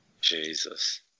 Jesus